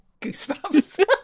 goosebumps